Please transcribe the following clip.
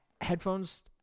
headphones